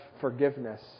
forgiveness